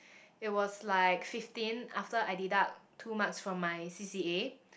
it was like fifteen after I deduct two marks from my C_C_A